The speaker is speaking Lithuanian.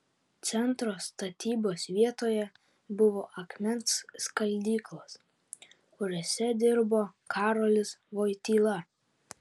centro statybos vietoje buvo akmens skaldyklos kuriose dirbo karolis vojtyla